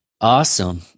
awesome